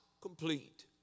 complete